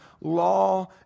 law